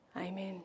Amen